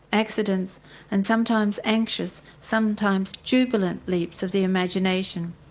accidents and sometimes anxious, sometimes jubilant leaps of the imagination.